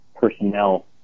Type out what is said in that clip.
personnel